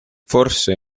forse